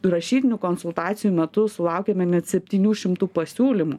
rašytinių konsultacijų metu sulaukėme net septynių šimtų pasiūlymų